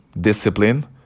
discipline